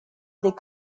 des